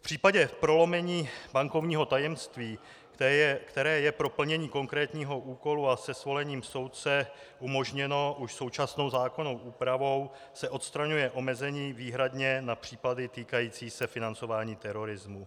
V případě prolomení bankovního tajemství, které je pro plnění konkrétního úkolu a se svolením soudce umožněno už současnou zákonnou úpravou, se odstraňuje omezení výhradně na případy týkající se financování terorismu.